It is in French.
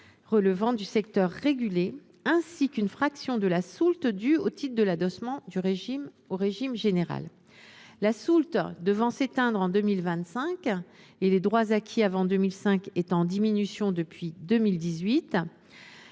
relevant du secteur régulé, ainsi qu’une fraction de la soulte due au titre de l’adossement du régime au régime général. La soulte devant s’éteindre en 2025 et les droits acquis avant 2005 étant en diminution depuis 2018,